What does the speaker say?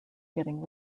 getting